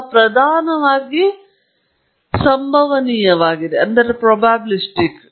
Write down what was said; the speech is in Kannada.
ಹಾಗಾಗಿ ನಾವು ಮೊದಲು ಬೆಳೆದ ಪ್ರಶ್ನೆಗೆ ಹಿಂತಿರುಗಿ ಡೇಟಾವು ನಿರ್ಣಾಯಕ ಅಥವಾ ಸಂಭವನೀಯ ಪ್ರಕ್ರಿಯೆಯಿಂದ ಬಂದಿದೆಯೇ ಎಂಬುದರ ಬಗ್ಗೆ ನಾನು ಚಿಂತಿಸಬೇಕೇ